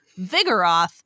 Vigoroth